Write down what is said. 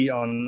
on